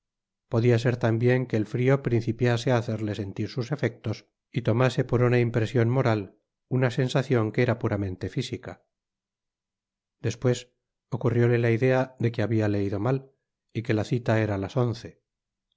ppdia ser tambien que el frio principiase á hacerle sentir sus efectos y tomase por una impresion moral una sensacion que era puramente física despues ocurrióle la idea de que habia leido mal y que la cita era á las once